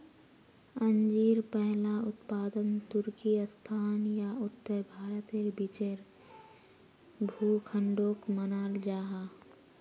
अंजीर पहला उत्पादन तुर्किस्तान या उत्तर भारतेर बीचेर भूखंडोक मानाल जाहा